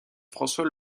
françois